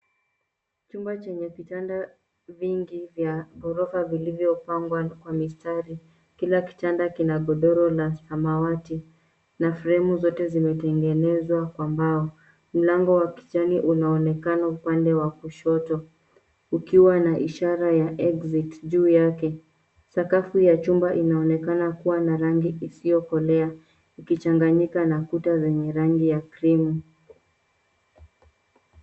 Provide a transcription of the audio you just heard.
Chumba chenye vitanda vingi vya ghorofa vilivyopangwa kwa mistari. Kila kitanda kina godoro la samawati na fremu zote zimetengenezwa kwa mbao. Mlango wa kijani unaonekana upande wa kushoto ikiwa na ishara ya exit juu yake. Sakafu ya chumba inaonekana kuwa na rangi isiyokolea, ikichanganyika na kuta zenye rangi ya krimu.